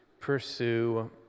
pursue